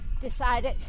decided